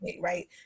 right